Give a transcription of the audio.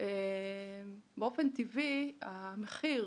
באופן טבעי המחיר